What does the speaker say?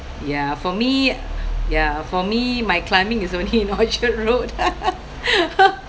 ya for me ya for me my climbing is only in orchard road